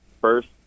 first